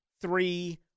three